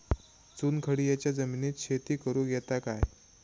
चुनखडीयेच्या जमिनीत शेती करुक येता काय?